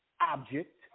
Object